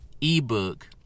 ebook